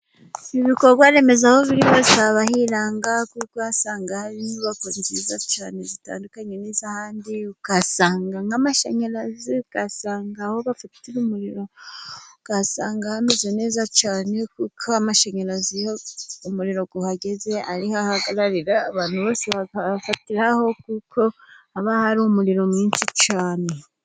Ibikorwa remezo aho biri hose haba hiranga, kuko uzasanga hari inyubako nziza cyane zitandukanye n'iz'ahandi, ukahasanga nk'amashanyarazi, ukahasanga aho bafite umuriro, ukahasanga hameze neza cyane, kuko amashanyarazi iyo umuriro uhageze ariho ahagararira bakafatiraho, kuko haba hari umuriro mwinshi cyane.